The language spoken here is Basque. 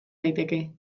daiteke